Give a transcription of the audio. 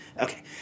Okay